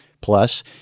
plus